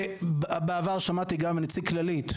ובעבר שמעתי גם נציג כללית.